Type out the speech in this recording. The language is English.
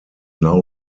now